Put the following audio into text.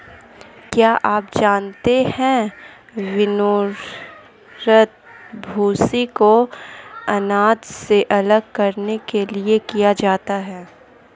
क्या आप जानते है विनोवर, भूंसी को अनाज से अलग करने के लिए किया जाता है?